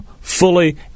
fully